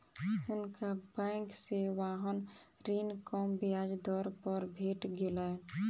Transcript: हुनका बैंक से वाहन ऋण कम ब्याज दर पर भेट गेलैन